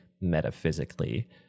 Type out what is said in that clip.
metaphysically